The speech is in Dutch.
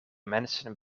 mensen